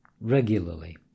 regularly